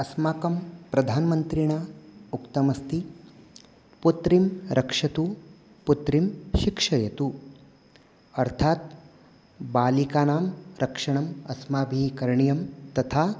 अस्माकं प्रधानमन्त्रीणा उक्तमस्ति पुत्रीं रक्षतु पुत्रीं शिक्षयतु अर्थात् बालिकानां रक्षणम् अस्माभिः करणीयं तथा